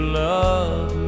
love